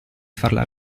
farla